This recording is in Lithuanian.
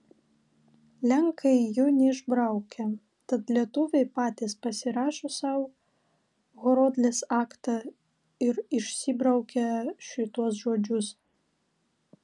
lenkai jų neišbraukė tad lietuviai patys pasirašo sau horodlės aktą ir išsibraukia šituos žodžius